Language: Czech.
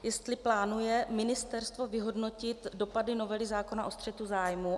Jestli plánuje ministerstvo vyhodnotit dopady novely zákona o střetu zájmů.